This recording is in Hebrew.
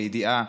בידיעה